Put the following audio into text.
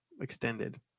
extended